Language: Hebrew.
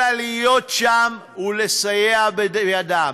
אלא להיות שם ולסייע בידם,